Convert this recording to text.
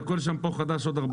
לכל שמפו חדש עוד ארבעה חודשים?